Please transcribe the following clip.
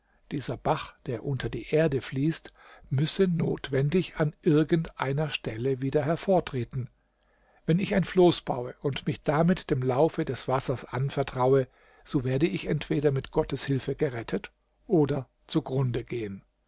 dieser bach der unter die erde fließt müsse notwendig an irgend einer stelle wieder hervortreten wenn ich ein floß baue und mich damit dem laufe des wassers anvertraue so werde ich entweder mit gottes hilfe gerettet oder zugrunde gehen